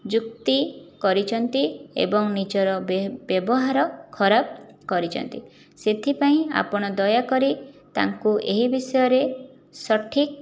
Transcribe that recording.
ଯୁକ୍ତି କରିଛନ୍ତି ଏବଂ ନିଜର ବ୍ୟବହାର ଖରାପ କରିଛନ୍ତି ସେଥିପାଇଁ ଆପଣ ଦୟାକରି ତାଙ୍କୁ ଏହି ବିଷୟରେ ସଠିକ୍